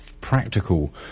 practical